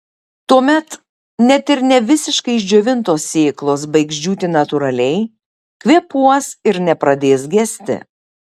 tuomet net ir ne visiškai išdžiovintos sėklos baigs džiūti natūraliai kvėpuos ir nepradės gesti